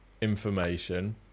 information